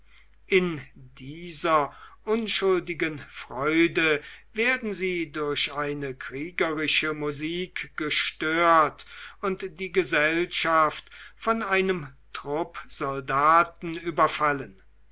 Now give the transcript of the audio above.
in dieser unschuldigen freude werden sie durch eine kriegerische musik gestört und die gesellschaft von einem trupp soldaten überfallen